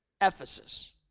Ephesus